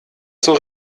zur